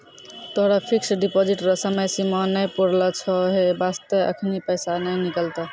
तोहरो fixed deposit रो समय सीमा नै पुरलो छौं है बास्ते एखनी पैसा नै निकलतौं